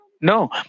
No